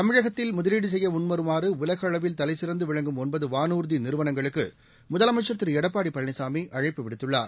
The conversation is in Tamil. தமிழகத்தில் முதலீடு செய்ய முன்வருமாறு உலக அளவில் தலைசிறந்து விளங்கும் ஒன்பது வானூர்தி நிறுவனங்களுக்கு முதலமைச்சர் திரு எடப்பாடி பழனிசாமி அழைப்பு விடுத்துள்ளார்